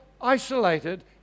isolated